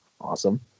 Awesome